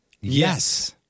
Yes